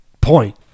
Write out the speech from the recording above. point